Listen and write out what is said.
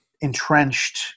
entrenched